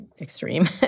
extreme